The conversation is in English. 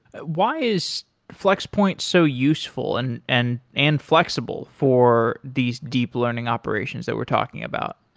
why is flex point so useful and and and flexible for these deep learning operations that we're talking about?